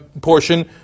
portion